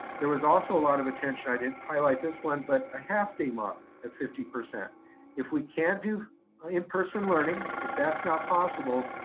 there was also a lot of attention, i didn't highlight this one, but a half day model at fifty. if we can't do in-person learning, if that's not possible,